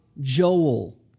Joel